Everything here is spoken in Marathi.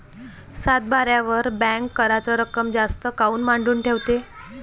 सातबाऱ्यावर बँक कराच रक्कम जास्त काऊन मांडून ठेवते?